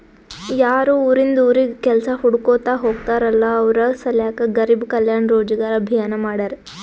ಯಾರು ಉರಿಂದ್ ಉರಿಗ್ ಕೆಲ್ಸಾ ಹುಡ್ಕೋತಾ ಹೋಗ್ತಾರಲ್ಲ ಅವ್ರ ಸಲ್ಯಾಕೆ ಗರಿಬ್ ಕಲ್ಯಾಣ ರೋಜಗಾರ್ ಅಭಿಯಾನ್ ಮಾಡ್ಯಾರ್